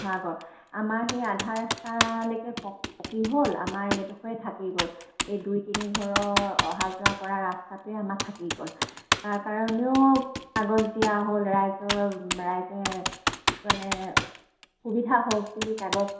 মূখৰ আগৰ আমাৰ সেই আধা ৰাস্তালৈকে প পকী হ'ল আমাৰ এইডোখৰে থাকি গ'ল এই দুই তিনি ঘৰৰ অহা যোৱা কৰা ৰাস্তাটোৱে আমাৰ থাকি গ'ল তাৰ কাৰণেও কাগজ দিয়া হ'ল ৰাইজৰ ৰাইজে মানে সুবিধা হওক বুলি কাগজ